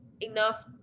enough